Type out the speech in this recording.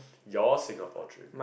your Singapore dream